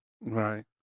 Right